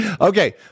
Okay